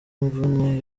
imvune